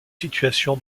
situation